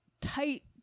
tight